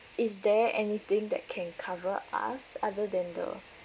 is there anything that can cover us other than the